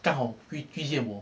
刚好遇遇见我